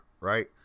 right